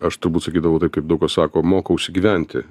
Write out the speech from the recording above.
aš turbūt sakydavau taip kaip daug kas sako mokausi gyventi